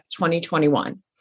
2021